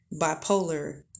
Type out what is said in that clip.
bipolar